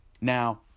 Now